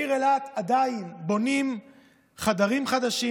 בעיר אילת עדיין בונים חדרים חדשים.